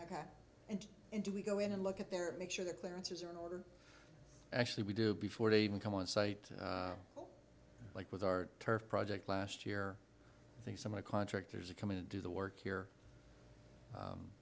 and and do we go in and look at their make sure the clearances are in order actually we do before they even come on site like with our turf project last year i think some of the contractors to come in and do the work here